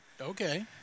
Okay